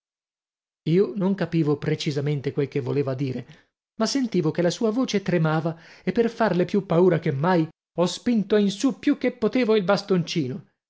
io non capivo precisamente quel che voleva dire ma sentivo che la sua voce tremava e per farle più paura che mai ho spinto in su più che potevo il bastoncino